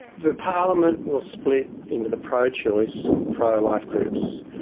the parliament will split into the pro-choice pro-life groups.